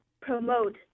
promote